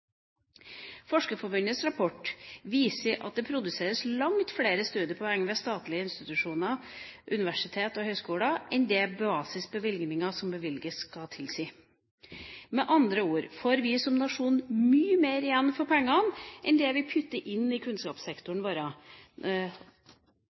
Forskerforbundets rapport viser at det produseres langt flere studiepoeng ved statlige institusjoner, universitet og høyskoler enn det basisbevilgningene skulle tilsi. Med andre ord får vi som nasjon mye mer igjen for pengene enn det vi putter inn i